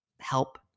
help